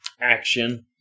action